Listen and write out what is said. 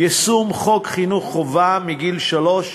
יישום חוק חינוך חובה מגיל שלוש,